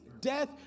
death